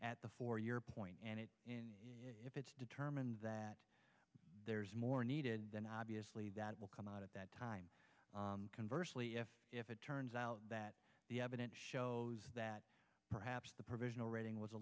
at the for your point and it if it's determined that there's more needed then obviously that will come out at that time converse if it turns out that the evidence shows that perhaps the provisional reading was a